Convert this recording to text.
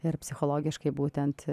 ir psichologiškai būtent